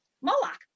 Moloch